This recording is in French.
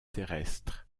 terrestres